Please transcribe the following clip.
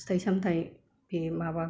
फिथाय सामथाय बे माबा